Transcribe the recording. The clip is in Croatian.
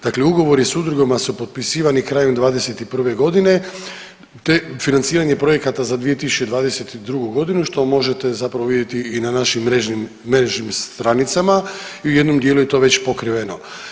Dakle, ugovori sa udrugama su potpisivani krajem 2021. godine, te financiranje projekata za 2022. godinu što možete zapravo vidjeti i na našim mrežnim stranicama i u jednom dijelu je to već pokriveno.